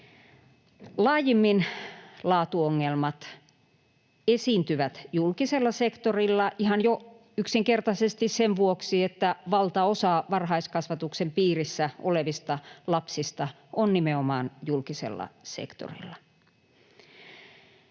Laajimmin laatuongelmat esiintyvät julkisella sektorilla — ihan jo yksinkertaisesti sen vuoksi, että valtaosa varhaiskasvatuksen piirissä olevista lapsista on nimenomaan julkisella sektorilla.